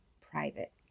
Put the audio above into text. private